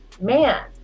man